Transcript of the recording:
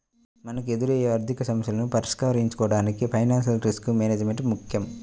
మనకెదురయ్యే ఆర్థికసమస్యలను పరిష్కరించుకోడానికి ఫైనాన్షియల్ రిస్క్ మేనేజ్మెంట్ ముక్కెం